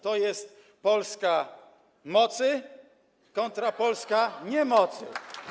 To jest Polska mocy kontra Polska niemocy.